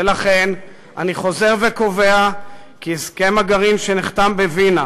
ולכן אני חוזר וקובע כי הסכם הגרעין שנחתם בווינה,